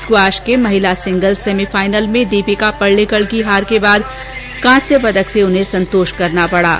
squash के महिला singles semifinal में दीपिका पल्लिकल को हार के बाद कांस्य पदक से संतोष करना पड़ा है